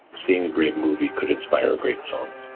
seeing a great movie could inspire a great song.